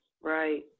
Right